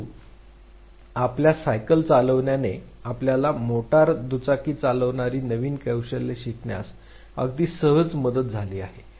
परंतु अन्यथा आपल्या सायकल चालविण्याने आपल्याला मोटार दुचाकी चालविणारी नवीन कौशल्य शिकण्यास अगदी सहज मदत झाली आहे